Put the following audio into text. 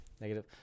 negative